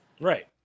right